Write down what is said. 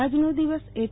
આજનો દિવસ એચ